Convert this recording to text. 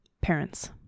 parents